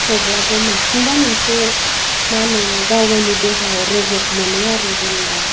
थेवब्लाबो माथिंबा मोनसे माहोनो गावगावनि देहायाव रेजेक मोनो आरो जेनबा